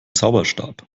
zauberstab